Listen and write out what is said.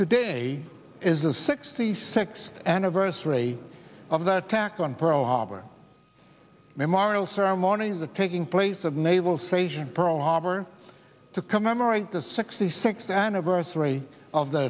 today is a sixty six anniversary of that attack on pearl harbor memorial ceremony in the taking place of naval station pearl harbor to commemorate the sixty sixth anniversary of the